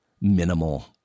minimal